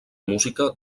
música